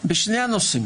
בשני הנושאים